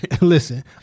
Listen